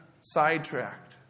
sidetracked